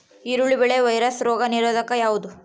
ಈರುಳ್ಳಿ ಬೆಳೆಯ ವೈರಸ್ ರೋಗ ನಿರೋಧಕ ಯಾವುದು?